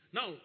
Now